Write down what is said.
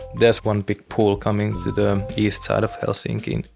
there's one big pool coming to the east side of helsinki.